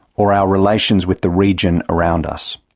or our relations with the region around us.